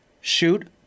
Shoot